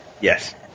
Yes